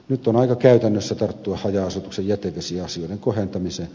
nyt on aika käytännössä tarttua haja asutuksen jätevesiasioiden kohentamiseen